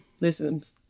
listens